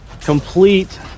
complete